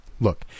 Look